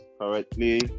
correctly